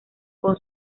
con